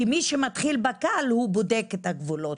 כי, מי שמתחיל בקל הוא בודק את הגבולות